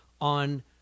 on